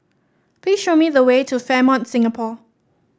please show me the way to Fairmont Singapore